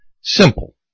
Simple